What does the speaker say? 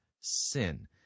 sin